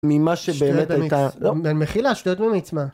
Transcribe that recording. ממה שבאמת הייתה, מחילה שטויות במיץ, מה...